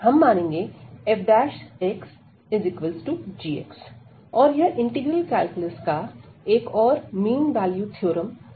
हम मानेंगे fxg और यह इंटीग्रल कैलकुलस का एक और मीन वैल्यू थ्योरम मिल जाएगा